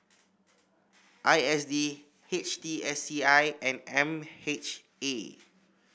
I S D H T S C I and M H A